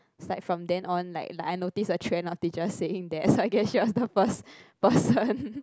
side from that on like like I notice the trend of teachers saying that so I guess she was the first person